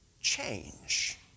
change